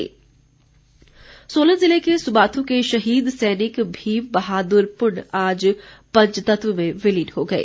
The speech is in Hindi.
शहीद सोलन ज़िले के सुबाथू के शहीद सैनिक भीम बहादुर पुन आज पंचतत्व में विलीन हो गए